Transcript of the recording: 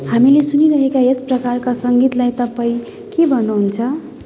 हामीले सुनिरहेका यस प्रकारको सङ्गीतलाई तपाई के भन्नुहुन्छ